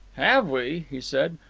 have we? he said.